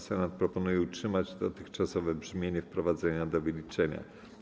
Senat proponuje utrzymać dotychczasowe brzmienie wprowadzenia do wyliczenia.